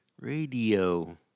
radio